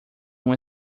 uma